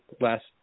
Last